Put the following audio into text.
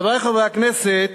חברי חברי הכנסת,